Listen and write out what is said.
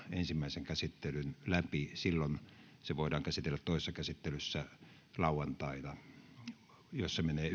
ensimmäisen käsittelyn läpi silloin se voidaan käsitellä toisessa käsittelyssä lauantaina jos se menee